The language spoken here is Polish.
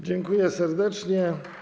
Dziękuję serdecznie.